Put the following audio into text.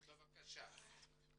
בבקשה.